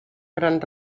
gran